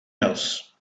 else